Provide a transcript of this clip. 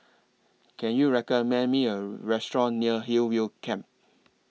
Can YOU recommend Me A Restaurant near Hillview Camp